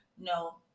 No